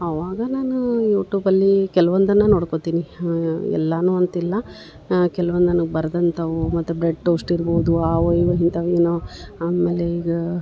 ಅವಾಗ ನಾನು ಯೂಟೂಬಲ್ಲಿ ಕೆಲ್ವೊಂದನ್ನ ನೋಡ್ಕೊತಿನಿ ಎಲ್ಲಾನೂ ಅಂತಿಲ್ಲ ಕೆಲ್ವೊಂದು ನನಗೆ ಬರ್ದಂತವು ಮತ್ತು ಬ್ರೆಡ್ ಟೋಸ್ಟ್ ಇರ್ಬೋದು ಆವು ಇವು ಇಂತವ್ ಏನೋ ಆಮೇಲೇ ಈಗ